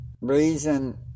Reason